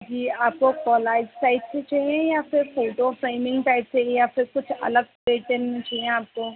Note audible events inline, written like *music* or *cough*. जी आपको collage size से चाहिए या फिर फ़ोटो फ़्रेमिंग टाइप से या फिर कुछ अलग *unintelligible* चाहिए आपको